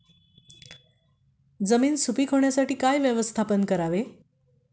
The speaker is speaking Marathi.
जमीन सुपीक होण्यासाठी काय व्यवस्थापन करावे?